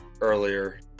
earlier